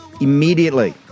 immediately